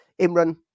Imran